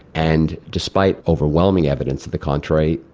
and despite overwhelming evidence to the contrary,